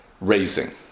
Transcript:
raising